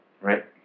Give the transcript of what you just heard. right